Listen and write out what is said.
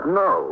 no